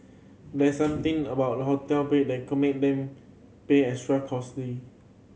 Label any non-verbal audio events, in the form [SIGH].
there's something about hotel bed that can make them [UNINTELLIGIBLE] extra cosy